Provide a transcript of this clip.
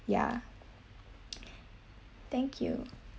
ya thank you